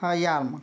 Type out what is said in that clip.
हा या मग